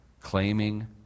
claiming